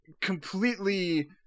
completely